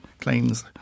claims